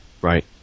right